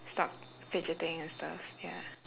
stop fidgeting and stuff ya